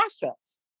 process